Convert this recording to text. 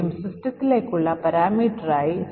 തൽഫലമായി നമുക്ക് ഇതുപോലുള്ള ഒരു ഔട്ട്പുട്ട് ലഭിക്കും